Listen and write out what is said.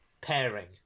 pairing